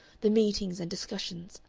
the meetings and discussions,